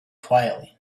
quietly